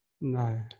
no